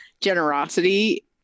generosity